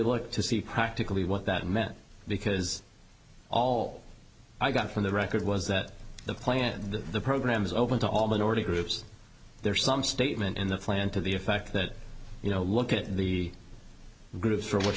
look to see practically what that meant because all i got from the record was that the planned program is open to all minority groups there's some statement in the plan to the effect that you know look at the groups from which